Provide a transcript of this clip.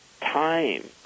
time